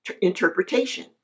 interpretation